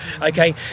Okay